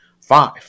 five